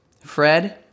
Fred